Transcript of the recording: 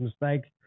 mistakes